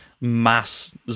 mass